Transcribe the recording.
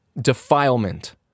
defilement